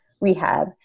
rehab